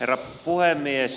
herra puhemies